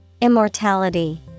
Immortality